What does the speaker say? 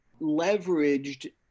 leveraged